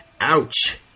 Ouch